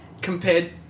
compared